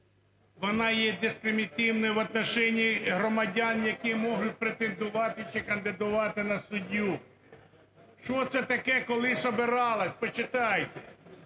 вона є дискримінаційною в отношении громадян, які можуть претендувати чи кандидувати на суддю. Що це таке, коли собиралась, почитайте,